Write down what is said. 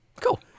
cool